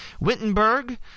Wittenberg